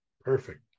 Perfect